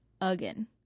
again